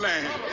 Land